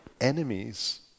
enemies